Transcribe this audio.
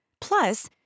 Plus